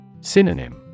Synonym